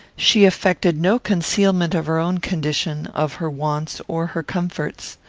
she affected no concealment of her own condition, of her wants, or her comforts.